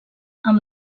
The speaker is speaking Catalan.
amb